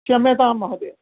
क्षम्यतां महोदय